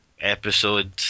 episode